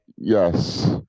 Yes